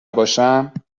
نباشم